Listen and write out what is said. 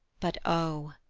but o!